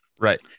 right